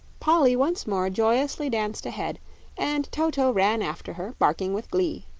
polly once more joyously danced ahead and toto ran after her, barking with glee.